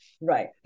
Right